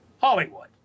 Hollywood